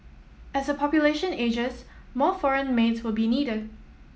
as the population ages more foreign maids will be needed